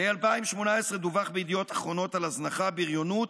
ב-2018 דווח בידיעות אחרונות על הזנחה, בריונות,